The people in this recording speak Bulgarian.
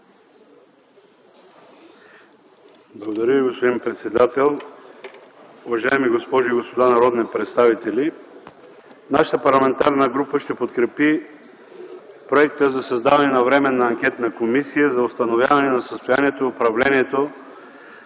Благодаря Ви, господин председател. Уважаеми госпожи и господа народни представители, нашата парламентарна група ще подкрепи проекта за решение за създаване на Временна анкетна комисия за установяване състоянието и управлението